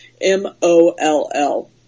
M-O-L-L